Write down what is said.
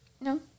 No